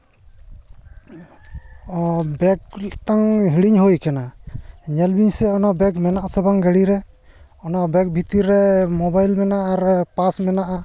bag ᱢᱤᱫᱴᱟᱝ ᱦᱤᱲᱤᱧ ᱦᱩᱭ ᱠᱟᱱᱟ ᱧᱮᱞ ᱵᱤᱱ ᱥᱮ ᱚᱱᱟ ᱵᱮᱜᱽ ᱢᱮᱱᱟᱜ ᱟᱥᱮ ᱵᱟᱝ ᱚᱱᱟ ᱜᱟ ᱰᱤ ᱨᱮ ᱚᱱᱟ ᱵᱮᱜᱽ ᱵᱷᱤᱛᱤᱨ ᱨᱮ ᱢᱳᱵᱟᱭᱤᱞ ᱢᱮᱱᱟᱜᱼᱟ ᱟᱨ ᱢᱟᱱᱤᱯᱟᱥ ᱢᱮᱱᱟᱜᱼᱟ